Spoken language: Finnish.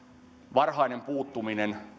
varhainen puuttuminen